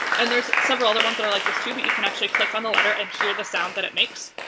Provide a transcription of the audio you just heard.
and there's several other ones that are like this too, but you can actually click on the letter and hear the sound that it makes,